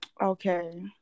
Okay